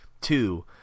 two